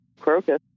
crocus